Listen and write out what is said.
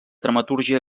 dramatúrgia